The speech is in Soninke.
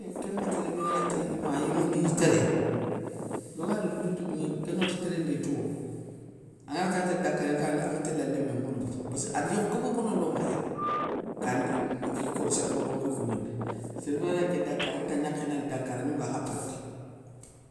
Yo kén nŋwakhati léminé nganati i mah iy mouliy téréné, dionŋadi idounte dounŋéné, kéndi onta téréndé touwo, angana tanŋa télé dakarou, inatanŋe téla lémé mbonondi, passkeu ade yokhou guobo bonondi o makha yéré gani igui kono sér khoro ngari konŋi nda. Sér bé ganagni télé dakarou angata gnakhé nali dakarou, ane mouka kha perdi,